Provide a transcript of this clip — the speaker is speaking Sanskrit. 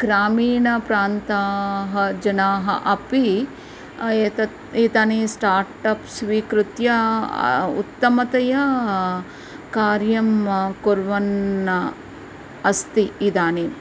ग्रामीणप्रान्ताः जनाः अपि एतत् एतानि स्टार्टप्स् स्वीकृत्य उत्तमतया कार्यं कुर्वन् अस्ति इदानीम्